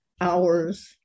hours